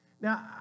Now